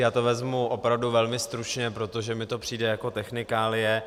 Já to vezmu opravdu velmi stručně, protože mi to přijde jako technikálie.